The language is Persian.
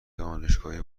دانشگاهی